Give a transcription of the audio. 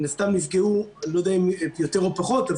מן הסתם נפגעו אני לא יודע אם יותר או פחות,